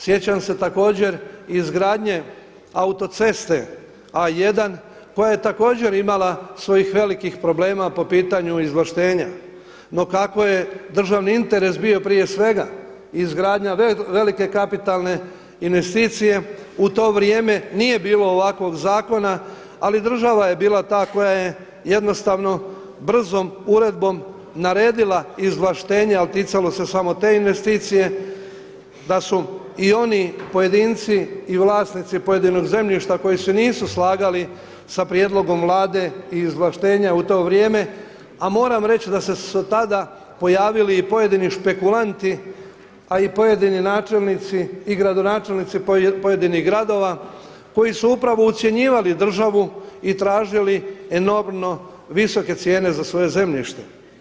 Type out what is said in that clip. Sjećam se također izgradnje autoceste A1 koja je također imala svojih velikih problema po pitanju izvlaštenja, no kako je državni interes prije svega izgradnja velike kapitalne investicije u to vrijeme nije bilo ovakvog zakona, ali država je bila ta koja je jednostavno brzom uredbom naredila izvlaštenje, ali ticalo se samo te investicije da su i oni pojedinci i vlasnici pojedinog zemljišta koji se nisu slagali sa prijedlogom vlada i izvlaštenja u to vrijeme, a moram reći da su se tada pojavili i pojedini špekulanti, a i pojedini načelnici i gradonačelnici pojedinih gradova koji su upravo ucjenjivali državu i tražili enormno visoke cijene za svoje zemljište.